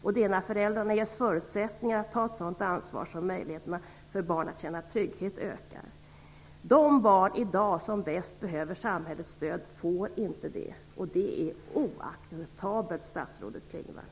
Det är när föräldrarna ges förutsättningar att ta ett sådant ansvar som möjligheterna för barn att känna trygghet ökar. De barn som bäst behöver samhällets stöd i dag får det inte, och det är oacceptabelt, statsrådet Klingvall.